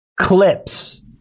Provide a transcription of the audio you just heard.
clips